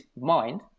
mind